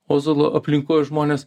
ozolo aplinkos žmones